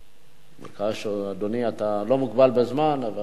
בבקשה, אדוני, אתה לא מוגבל בזמן, אבל אנחנו,